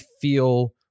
feel